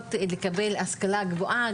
שמאפשרות לקבל השכלה גבוהה,